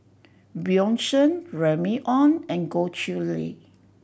Bjorn Shen Remy Ong and Goh Chiew Lye